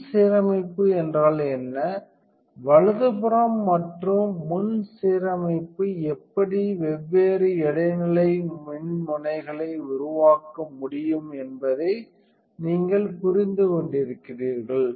முன் சீரமைப்பு என்றால் என்ன வலதுபுறம் மற்றும் முன் சீரமைப்பு எப்படி வெவ்வேறு இடைநிலை மின்முனைகளை உருவாக்க முடியும் என்பதை நீங்கள் புரிந்துகொண்டிருக்கிறீர்கள்